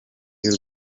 y’u